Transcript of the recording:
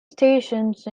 stations